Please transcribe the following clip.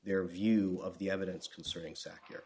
their view of the evidence concerning secular